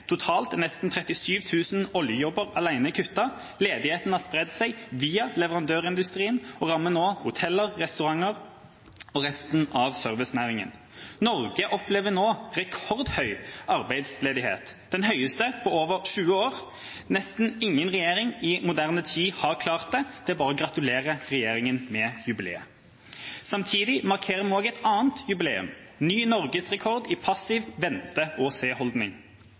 Totalt er nesten 37 000 oljejobber alene kuttet. Ledigheten har spredd seg via leverandørindustrien og rammer nå hoteller, restauranter og resten av servicenæringen. Norge opplever nå rekordhøy arbeidsledighet – den høyeste på over 20 år. Nesten ingen regjering i moderne tid har klart det. Det er bare å gratulere regjeringa med jubileet. Samtidig markerer vi også et annet jubileum: ny norgesrekord i passiv